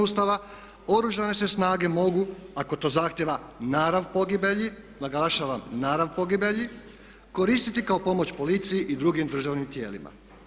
Ustava Oružane se snage mogu ako to zahtijeva narav pogibelji, naglašavam narav pogibelji, koristiti kao pomoć policiji i drugim državnim tijelima.